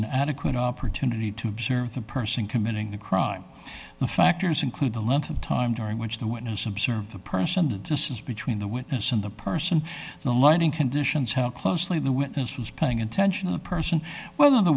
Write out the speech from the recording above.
an adequate opportunity to observe the person committing the crime the factors include the length of time during which the witness observe the person the distance between the witness and the person the lighting conditions how closely the witness was paying attention of the person w